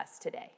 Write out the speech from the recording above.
today